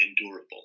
endurable